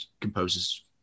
composers